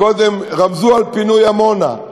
קודם רמזו על פינוי עמונה,